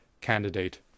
candidate